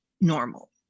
normal